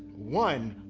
one.